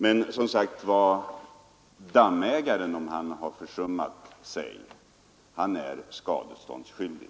Men om dammägaren har försummat sig är han givetvis skadeståndsskyldig.